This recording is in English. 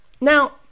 now